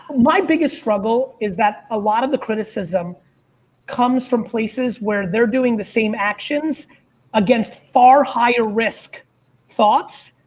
my biggest struggle is that a lot of the criticism comes from places where they're doing the same actions against far higher risk thoughts.